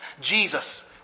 Jesus